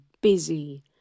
busy